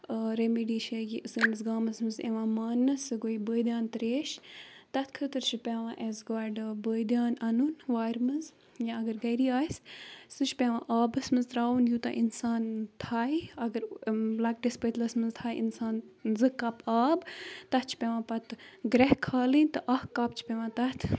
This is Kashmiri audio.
ریٚمِڈی چھےٚ یہِ سٲنِس گامَس مَنٛز یِوان ماننہٕ سُہ گوٚو یہِ بٲدیان تریش تَتھ خٲطرٕ چھِ پیٚوان اَسہِ گۄڈٕ بٲدیان اَنُن وارِ منٛز یا اَگر گَر آسہِ سُہ چھُ پیٚوان آبَس منٛز ترٛاوُن یوٗتاہ اِنسان تھایے اَگر لَکٹِس پٔتلَس مَنٛز تھایہِ اِنسان زٕ کَپ آب تَتھ چھِ پیٚوان پَتہٕ گرٛیٚکھ کھالٕنۍ تہٕ اَکھ کَپ چھِ پیٚوان تَتھ